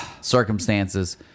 circumstances